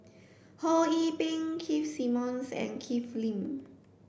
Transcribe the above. Ho Yee Ping Keith Simmons and Ken Lim